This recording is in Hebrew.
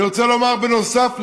אני רוצה לומר, נוסף לכך,